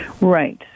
Right